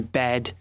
bed